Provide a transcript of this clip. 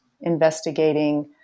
investigating